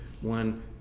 one